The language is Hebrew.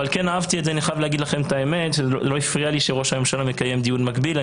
לא הפריע לי שראש הממשלה מקיים דיון מקביל,